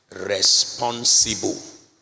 responsible